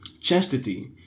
chastity